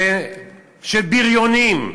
של בריונים.